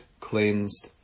cleansed